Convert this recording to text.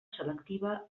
selectiva